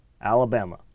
Alabama